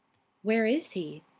where is he?